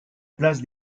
place